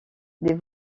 des